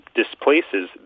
displaces